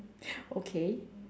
okay